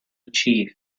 chief